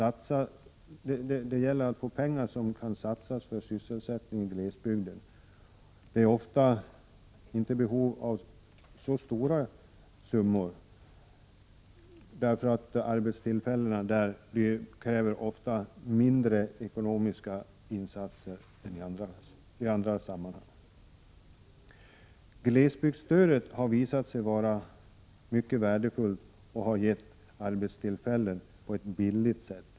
Behovet av pengar till satsningar på sysselsättning i glesbygden är inte så stort, därför att arbetstillfällena där ofta kräver mindre ekonomiska insatser än i andra sammanhang. Glesbygdsstödet har visat sig vara mycket värdefullt, och det har gett arbetstillfällen på ett billigt sätt.